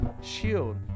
shield